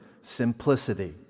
simplicity